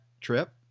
trip